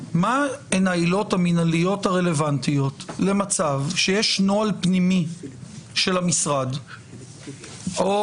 מה הן העילות המינהליות הרלוונטיות למצב שיש נוהל פנימי של המשרד או